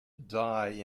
die